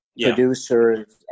Producers